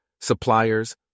suppliers